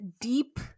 deep